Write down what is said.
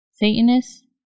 Satanist